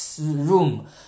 room